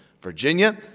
Virginia